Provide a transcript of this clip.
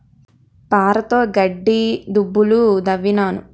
పారతోగడ్డి దుబ్బులు దవ్వినాను